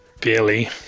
Barely